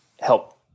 help